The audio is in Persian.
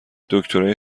دکترای